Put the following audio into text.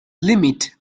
limit